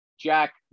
Jack